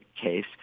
case